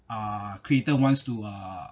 uh creator wants to uh